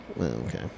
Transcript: Okay